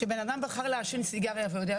כשבנאדם בחר לעשן סיגריה והוא הולך,